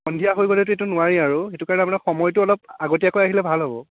সন্ধিয়া হৈ গ'লেতো এইটো নোৱাৰি আৰু সেইটো কাৰণে আপোনাৰ সময়টো অলপ আগতীয়াকৈ আহিলে ভাল হ'ব